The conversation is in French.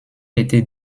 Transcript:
été